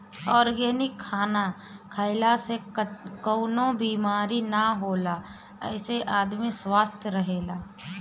organic खाना खइला से कवनो बेमारी ना होखेला एसे आदमी स्वस्थ्य रहेला